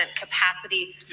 capacity